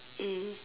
mm